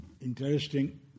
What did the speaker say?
interesting